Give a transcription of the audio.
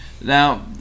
Now